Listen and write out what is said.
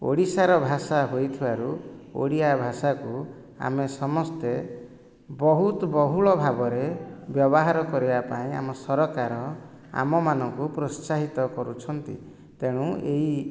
ଓଡ଼ିଶାର ଭାଷା ହୋଇଥିବାରୁ ଓଡ଼ିଆ ଭାଷାକୁ ଆମେ ସମସ୍ତେ ବହୁତ ବହୁଳ ଭାବରେ ବ୍ୟବହାର କରିବାପାଇଁ ଆମ ସରକାର ଆମମାନଙ୍କୁ ପ୍ରୋତ୍ସାହିତ କରୁଛନ୍ତି ତେଣୁ ଏଇ